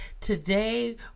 Today